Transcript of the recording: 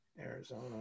Arizona